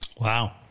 Wow